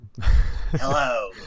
Hello